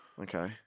Okay